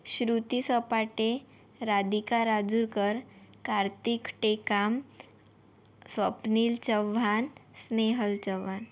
Shruti Sapate Radhika Rajurkar Kartik Tekam Swapnil Chauhan Snehal Chauhan